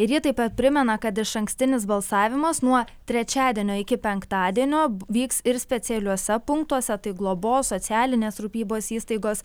ir jie taip pat primena kad išankstinis balsavimas nuo trečiadienio iki penktadienio vyks ir specialiuose punktuose tai globos socialinės rūpybos įstaigos